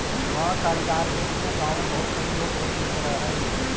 बँटाईदार के रूप में गाँव में बहुत सनी लोग खेती करऽ हइ